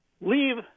leave